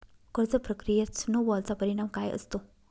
कर्ज प्रक्रियेत स्नो बॉलचा परिणाम काय असतो?